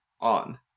on